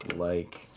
like,